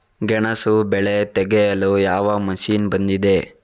ಗೆಣಸು ಬೆಳೆ ತೆಗೆಯಲು ಯಾವ ಮಷೀನ್ ಬಂದಿದೆ?